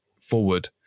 forward